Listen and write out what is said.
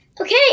Okay